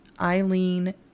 Eileen